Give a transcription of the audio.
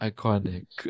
Iconic